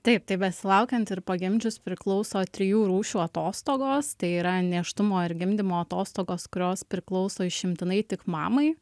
taip tai besilaukiant ir pagimdžius priklauso trijų rūšių atostogos tai yra nėštumo ir gimdymo atostogos kurios priklauso išimtinai tik mamai